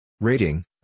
Rating